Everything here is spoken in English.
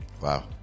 Wow